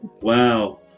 Wow